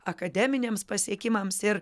akademiniams pasiekimams ir